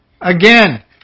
again